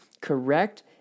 correct